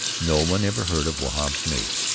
no one ever heard of wahb's mate.